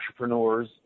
entrepreneurs